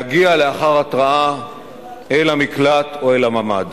להגיע לאחר התרעה אל המקלט או אל הממ"ד.